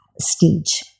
stage